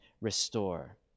restore